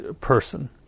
person